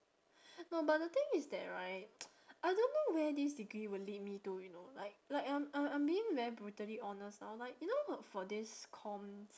no but the thing is that right I don't know where this degree will lead me to you know like like I'm I'm I'm being very brutally honest now like you know for this comm~